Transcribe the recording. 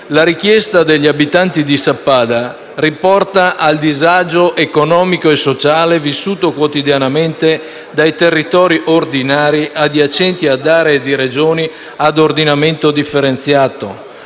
la richiesta degli abitanti di Sappada riporta al disagio economico e sociale vissuto quotidianamente dai territori ordinari adiacenti ad aree di Regioni a ordinamento differenziato.